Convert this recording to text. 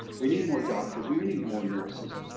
we need more doctors, we we need more nurses.